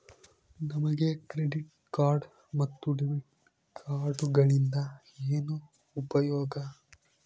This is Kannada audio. ನಮಗೆ ಕ್ರೆಡಿಟ್ ಕಾರ್ಡ್ ಮತ್ತು ಡೆಬಿಟ್ ಕಾರ್ಡುಗಳಿಂದ ಏನು ಉಪಯೋಗ?